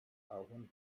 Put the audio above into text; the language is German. ahorn